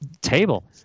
Table